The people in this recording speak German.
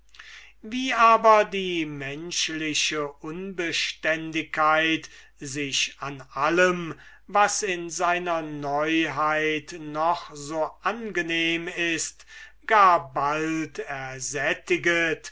wie aber die menschliche unbeständigkeit sich auch an dem was in seiner neuheit noch so angenehm ist gar bald ersättiget